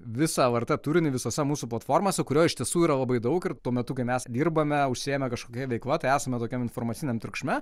visą lrt turinį visose mūsų platformose kurio iš tiesų yra labai daug ir tuo metu kai mes dirbame užsiėmę kažkokia veikla tai esame tokiam informaciniam triukšme